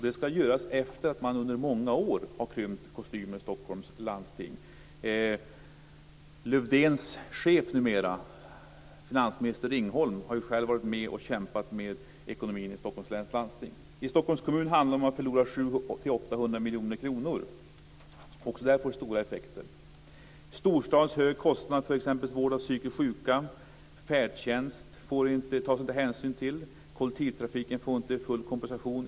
Det skall göras efter det att man under många år har krympt kostymen i Stockholms landsting. Lövdéns chef numera, finansminister Ringholm, har ju själv varit med och kämpat med ekonomin i Stockholms läns landsting. I Stockholms kommun handlar det om att man förlorar 700-800 miljoner kronor. Också där får det stora effekter. Storstaden har höga kostnader för exempelvis vård av psykiskt sjuka. Färdtjänsten tas det inte hänsyn till. Kollektivtrafiken får inte full kompensation.